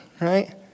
right